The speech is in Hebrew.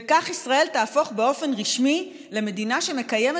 וכך ישראל תהפוך באופן רשמי למדינה שמקיימת